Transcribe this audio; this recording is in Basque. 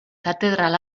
katedral